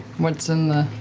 what's in the